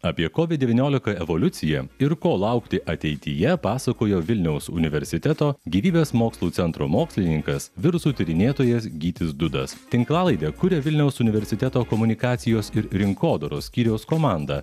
apie kovid devyniolika evoliuciją ir ko laukti ateityje pasakojo vilniaus universiteto gyvybės mokslų centro mokslininkas virusų tyrinėtojas gytis dudas tinklalaidę kuria vilniaus universiteto komunikacijos ir rinkodaros skyriaus komanda